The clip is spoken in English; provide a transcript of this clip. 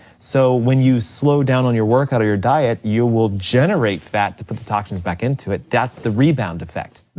so when you slow down on your workout or your diet, you will generate fat to put the toxins back into it, that's the rebound effect.